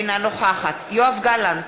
אינה נוכחת יואב גלנט,